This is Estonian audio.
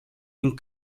ning